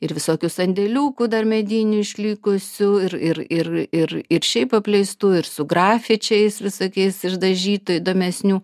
ir visokių sandėliukų dar medinių išlikusių ir ir ir ir ir šiaip apleistų ir su grafičiais visokiais išdažytų įdomesnių